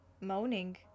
moaning